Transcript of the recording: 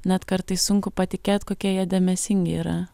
net kartais sunku patikėt kokie jie dėmesingi yra